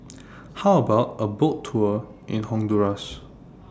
How about A Boat Tour in Honduras